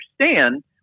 understand